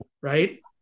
Right